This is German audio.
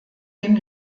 dem